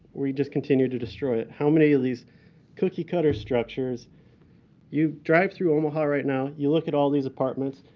we just continue to destroy it. how many of these cookie cutter structures you drive through omaha right now, you look at all these apartments.